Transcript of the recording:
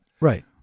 Right